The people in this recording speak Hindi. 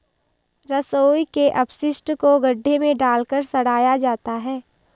रसोई के अपशिष्ट को गड्ढे में डालकर सड़ाया जाता है